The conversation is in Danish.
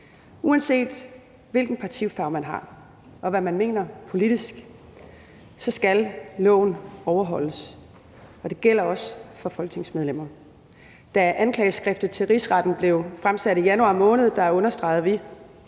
Uanset hvilken partifarve man har og hvad man mener politisk, så skal loven overholdes, og det gælder også for folketingsmedlemmer. Da anklageskriftet til Rigsretten blev fremsat i januar måned, understregede vi,